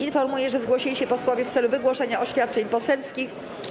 Informuję, że zgłosili się posłowie w celu wygłoszenia oświadczeń poselskich.